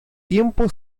tiempo